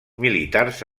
militars